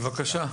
בבקשה.